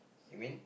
you mean